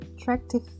attractive